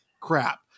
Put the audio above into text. crap